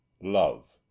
Love